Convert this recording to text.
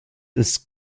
ist